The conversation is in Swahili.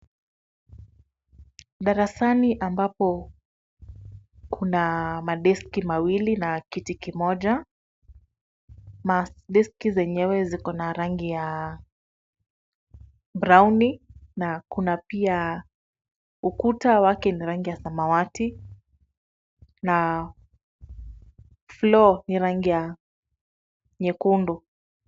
Darasani ambapo kuna madeski mawili na kiti kimoja. Deski zenyewe ziko na rangi ya browni na kuna pia ukuta wake ni rangi ya samawawati na floor ni rangi ya nyekundu.